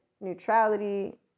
neutrality